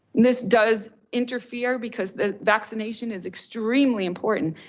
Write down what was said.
this does interfere because the vaccination is extremely important.